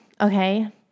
Okay